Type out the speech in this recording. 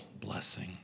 blessing